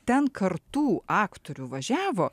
ten kartų aktorių važiavo